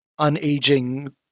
unaging